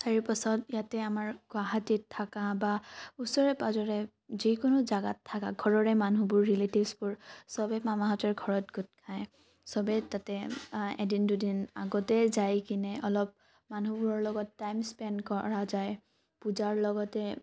তাৰে পিছত ইয়াতে আমাৰ গুৱাহাটীত থকা বা ওচৰে পাজৰে যিকোনো জেগাত থকা মানুহবোৰ ৰিলেটিভছবোৰ চবে মামাহঁতৰ ঘৰত গোট খায় চবে তাতে এদিন দুদিন আগতেই যায় কেনে অলপ মানুহবোৰৰ লগত টাইম স্পেণ্ড কৰা যায় পূজাৰ লগতে